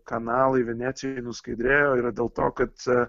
kanalai venecijoj nuskaidrėjo yra dėl to kad